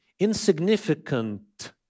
Insignificant